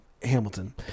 Hamilton